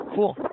Cool